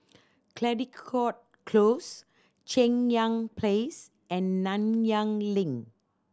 Caldecott Close Cheng Yan Place and Nanyang Link